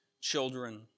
children